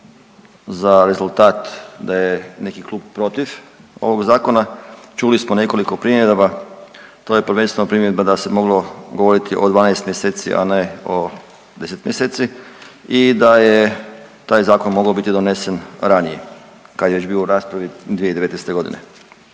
za rezultat da je neki klub protiv ovog zakona. Čuli smo nekoliko primjedaba, to je prvenstveno primjedba da se moglo govoriti o 12 mjeseci, a ne o 10 mjeseci i da je taj zakon mogao biti donesen ranije kad je već bio u raspravi 2019. godine.